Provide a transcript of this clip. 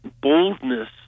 boldness